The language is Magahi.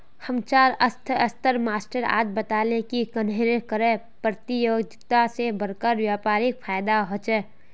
हम्चार अर्थ्शाश्त्रेर मास्टर आज बताले की कन्नेह कर परतियोगिता से बड़का व्यापारीक फायेदा होचे